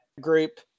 group